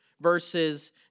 verses